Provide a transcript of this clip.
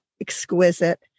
exquisite